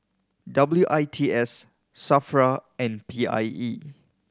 W I T S SAFRA and P I E